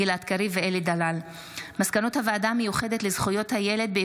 גלעד קריב ואלי דלל בנושא: מימון תלמוד התורה "נחמת